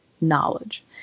Knowledge